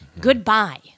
Goodbye